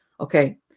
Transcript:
Okay